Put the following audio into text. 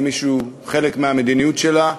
כמי שהוא חלק מהמדיניות שלה,